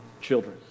children